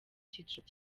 cyiciro